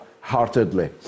heartedly